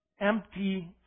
Empty